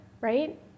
Right